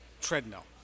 treadmill